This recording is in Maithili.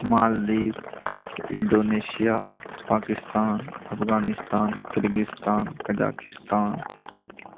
Maldives Indonesia Pakistan Afghanistan Kyrgyzstan Kazakhstan